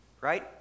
right